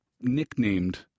nicknamed